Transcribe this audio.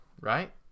right